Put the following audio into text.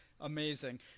amazing